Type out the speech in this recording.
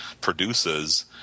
produces